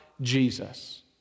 Jesus